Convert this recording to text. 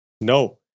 no